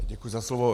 Děkuju za slovo.